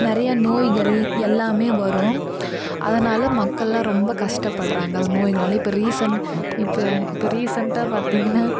நிறைய நோய்கள் எல்லாமே வரும் அதனால் மக்கள்லாம் ரொம்ப கஷ்டப்படுறாங்க அந்த நோய்களால் இப்போ ரீசன் இப்போ இப்போ ரீசெண்டாக பார்த்திங்கன்னா